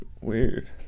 weird